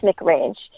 range